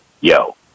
yo